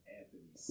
Anthony